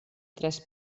tres